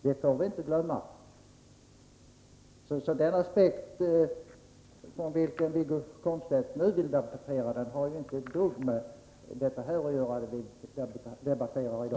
Det får vi inte 59 glömma bort. Den aspekt Wiggo Komstedt nyss tog upp har inte ett dugg med dagens debatt att göra.